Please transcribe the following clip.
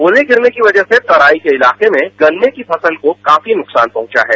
ओले गिरने की वजह से तराई के इलाके में गन्ने की फसल को काफी नुकसान पहुंचा है